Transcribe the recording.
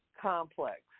complex